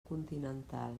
continental